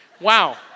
Wow